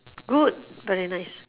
good very nice